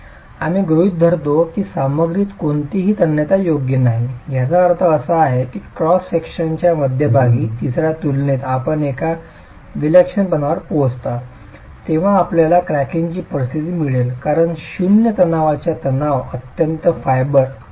आम्ही गृहित धरतो की सामग्रीत कोणतीही तन्यता योग्य नाही ज्याचा अर्थ असा आहे की क्रॉस सेक्शनच्या मध्यभागी तिसर्या तुलनेत आपण एका विलक्षणपणावर पोहोचता तेव्हा आपल्याला क्रॅकिंगची परिस्थिती मिळेल कारण शून्य ताणतणावाचा तणाव अत्यंत फायबरवर आला आहे